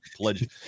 pledge